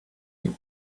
you